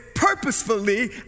Purposefully